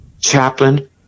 Chaplain